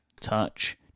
touch